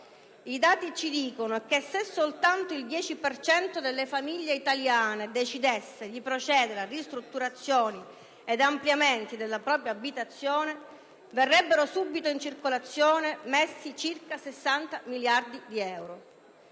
I dati ci dicono che, se soltanto il 10 per cento delle famiglie italiane decidesse di procedere a ristrutturazioni ed ampliamenti della propria abitazione, verrebbero subito messi in circolazione circa 60 miliardi di euro.